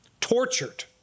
tortured